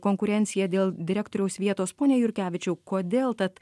konkurencija dėl direktoriaus vietos pone jurkevičiau kodėl tad